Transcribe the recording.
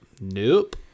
nope